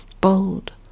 Bold